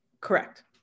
Correct